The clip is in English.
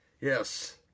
Yes